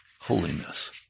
holiness